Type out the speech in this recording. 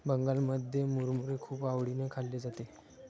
बंगालमध्ये मुरमुरे खूप आवडीने खाल्ले जाते